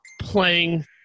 playing